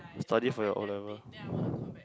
study for your O-level